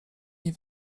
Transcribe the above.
nie